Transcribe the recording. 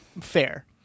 Fair